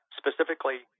specifically